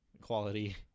quality